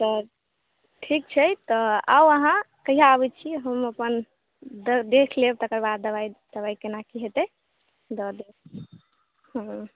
तऽ ठीक छै तऽ आउ अहाँ कहिया अबय छी हम अपन द देख लेब तकरबाद दबाइ तबाइ केना की हेतय दऽ देब ओऽ